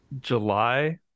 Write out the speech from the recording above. july